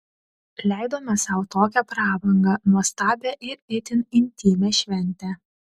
leidome sau tokią prabangą nuostabią ir itin intymią šventę